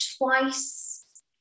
twice